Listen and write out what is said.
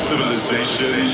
Civilization